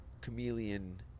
chameleon